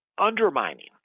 undermining